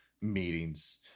meetings